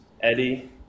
Eddie